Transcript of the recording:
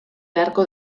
behar